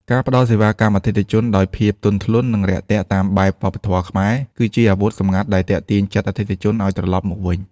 ការផ្ដល់សេវាកម្មអតិថិជនដោយភាពទន់ភ្លន់ និងរាក់ទាក់តាមបែបវប្បធម៌ខ្មែរ គឺជាអាវុធសម្ងាត់ដែលទាក់ទាញចិត្តអតិថិជនឱ្យត្រឡប់មកវិញ។